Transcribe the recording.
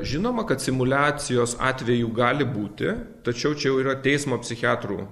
žinoma kad simuliacijos atvejų gali būti tačiau čia jau yra teismo psichiatrų